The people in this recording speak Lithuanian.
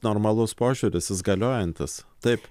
normalus požiūris jis galiojantis taip